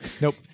nope